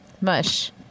Mush